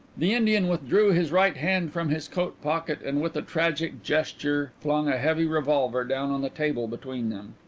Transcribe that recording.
the indian withdrew his right hand from his coat pocket and with a tragic gesture flung a heavy revolver down on the table between them.